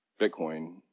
Bitcoin